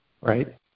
Right